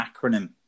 acronym